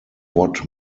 what